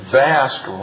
vast